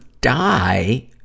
die